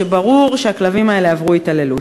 וברור שהכלבים האלה עברו התעללות.